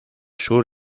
sur